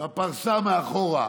בפרסה מאחור: